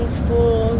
school